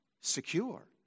secure